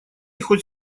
хоть